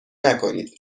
نکنید